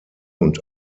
und